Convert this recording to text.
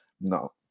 No